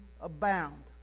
abound